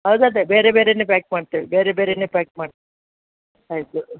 ಅದು ಅದೇ ಬೇರೆ ಬೇರೆಯೇ ಪ್ಯಾಕ್ ಮಾಡ್ತೇವೆ ಬೇರೆ ಬೇರೆಯೇ ಪ್ಯಾಕ್ ಮಾಡಿ ಆಯಿತು